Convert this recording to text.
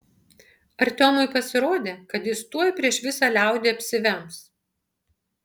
artiomui pasirodė kad jis tuoj prieš visą liaudį apsivems